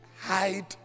hide